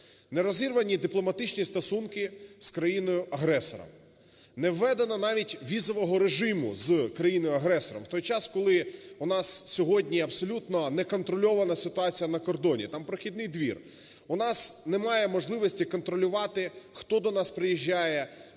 Не розірвані дипломатичні стосунки з країною-агресором, не введено навіть візового режиму з країною-агресором. В той час, коли у нас сьогодні абсолютно неконтрольована ситуація на кордоні, там прохідний двір, у нас немає можливості контролювати хто до нас приїжджає,